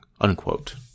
unquote